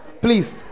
Please